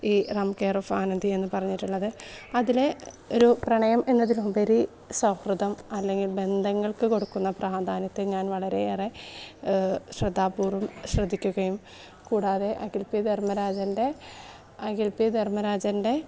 ഈ Ram care of Anandhi എന്ന് പറഞ്ഞിട്ടുള്ളത് അതിലെ ഒരു പ്രണയം എന്നതിലുപരി സൗഹൃദം അല്ലെങ്കിൽ ബന്ധങ്ങൾക്ക് കൊടുക്കുന്ന പ്രാധാന്യത്തെ ഞാൻ വളരെയേറെ ശ്രദ്ധാപൂർവ്വം ശ്രദ്ധിക്കുകയും കൂടാതെ അഖിൽ പി ധർമ്മരാജൻ്റെ അഖിൽ പി ധർമ്മരാജൻ്റെ